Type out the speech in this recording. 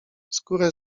skórę